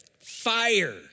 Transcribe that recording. Fire